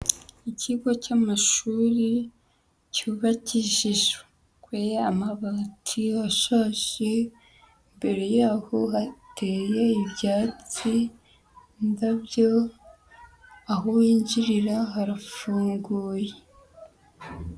Ikigo cy'amashuri cyubakishijwe amabati ashaje, imbere yaho hateye ibyatsi, indabyo, aho winjirira harafunguye.